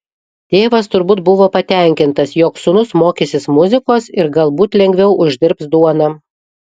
tėvas turbūt buvo patenkintas jog sūnus mokysis muzikos ir galbūt lengviau uždirbs duoną